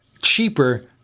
cheaper